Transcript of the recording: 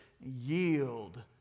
yield